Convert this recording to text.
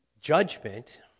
judgment